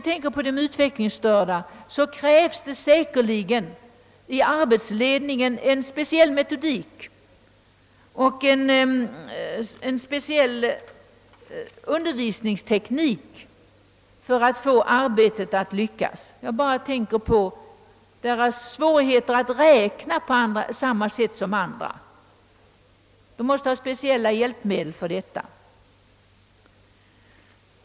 För de utvecklingsstörda krävs det säkerligen en speciell metodik och en speciell undervisningsteknik i arbetsledningen för att arbetet skall lyckas; jag tänker t.ex. på deras svårigheter att räkna på samma sätt som andra. De måste ha speciella hjälpmedel för detta.